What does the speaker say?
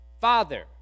father